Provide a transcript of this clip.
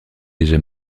déjà